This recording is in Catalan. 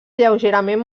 lleugerament